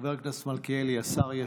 חבר הכנסת מלכיאלי, השר ישיב?